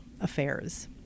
affairs